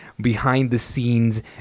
behind-the-scenes